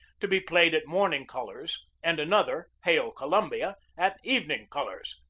to be played at morning colors, and another, hail, columbia, at evening colors.